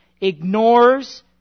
ignores